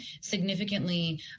significantly